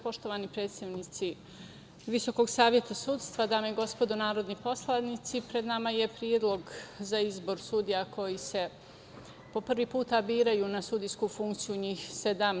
Poštovani predstavnici VSS, dame i gospodo narodni poslanici, pred nama je Predlog za izbor sudija koji se po prvi put biraju na sudijsku funkciju, njih 17.